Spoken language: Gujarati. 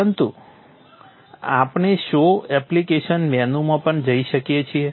પરંતુ આપણે શો એપ્લિકેશન મેનૂમાં પણ જઈ શકીએ છીએ